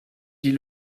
dit